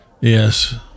yes